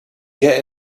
get